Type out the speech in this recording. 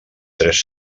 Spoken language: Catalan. tres